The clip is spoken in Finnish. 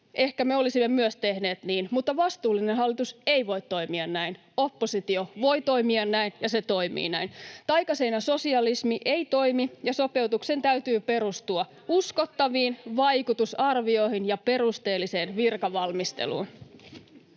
ehkä me olisimme myös tehneet niin, mutta vastuullinen hallitus ei voi toimia näin. [Timo Heinonen: Ei me oltaisi salattu!] Oppositio voi toimia näin, ja se toimii näin. Taikaseinäsosialismi ei toimi, ja sopeutuksen täytyy perustua uskottaviin vaikutusarvioihin ja perusteelliseen virkavalmisteluun.